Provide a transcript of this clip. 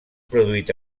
produït